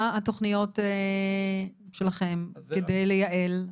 מה התכניות שלכם כדי לייעל?